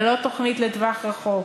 ללא תוכנית לטווח ארוך,